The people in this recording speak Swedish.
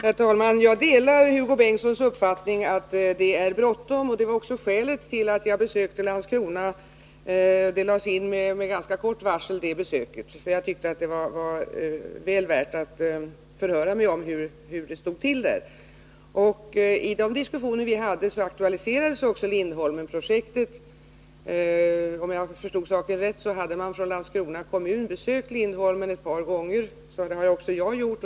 Herr talman! Jag delar Hugo Bengtssons uppfattning att det är bråttom, och det är också skälet till att jag besökte Landskrona. Besöket lades in med ganska kort varsel, eftersom jag tyckte det var väl värt att förhöra mig om hur det stod till där. I de diskussioner vi hade aktualiserades också Lindholmenprojektet. Om jag förstod saken rätt hade man från Landskrona kommun besökt Lindholmen ett par gånger, vilket också jag har gjort.